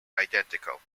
identical